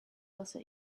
also